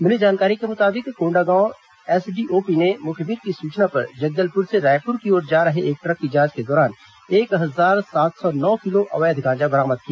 मिली जानकारी के मुताबिक कोंडागांव एसडीओपी ने मुखबिर की सूचना पर जगदलपुर से रायपुर की ओर जा रहे एक ट्रक की जांच के दौरान एक हजार सात सौ नौ किलो अवैध गांजा बरामद किया